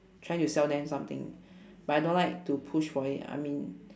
trying to sell them something but I don't like to push for it I mean